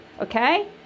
okay